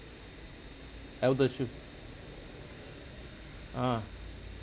eldershield ah